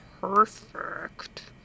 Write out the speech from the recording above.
perfect